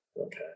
Okay